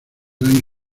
tonight